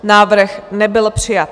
Návrh nebyl přijat.